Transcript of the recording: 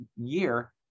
year